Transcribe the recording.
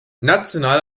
national